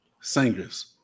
singers